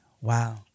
Wow